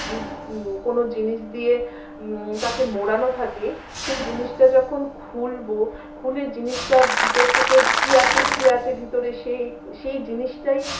কোনও জিনিস দিয়ে তাকে মোড়ানো থাকে সেই জিনিসটা যখন খুলবো খুলে জিনিসটা ভিতর থেকে কি আছে কি আছে ভিতরে সেই সেই জিনিসটাই